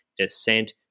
Descent